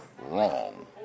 wrong